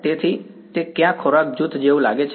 તેથી તે કયા ખોરાક જૂથ જેવું લાગે છે